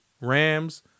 Rams